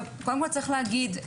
קודם כל, צריך להגיד,